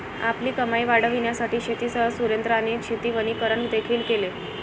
आपली कमाई वाढविण्यासाठी शेतीसह सुरेंद्राने शेती वनीकरण देखील केले